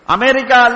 America